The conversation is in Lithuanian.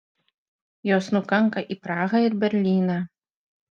jos nukanka į prahą ir berlyną